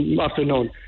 afternoon